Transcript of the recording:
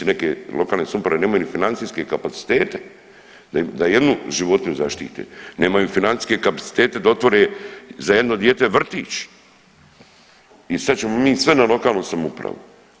Neke lokalne samouprave nemaju ni financijske kapacitete da jednu životinju zaštite, nemaju financijske kapacitete da otvore za jedno dijete vrtić i sad ćemo mi sve na lokalnu samoupravu.